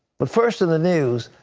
but first in the news,